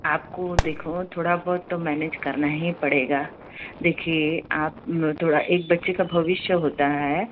आपको देखो थोड़ा बहुत तो मैनेज करना ही पड़ेगा देखिए आप थोड़ा एक बच्चे का भविष्य होता है